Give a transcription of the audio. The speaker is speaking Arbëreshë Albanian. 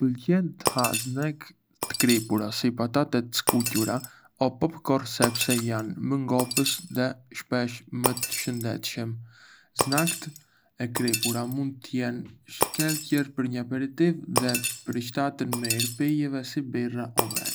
Më pëlqen të ha snack të kripura si patate të skuqura o popcorn sepse janë më ngopës dhe shpesh më të shëndetshëm. Snack-ët e kripura mund të jenë të shkëlqyer për një aperitiv dhe i përshtaten mirë pijeve si birra o verë.